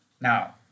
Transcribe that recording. Now